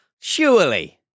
surely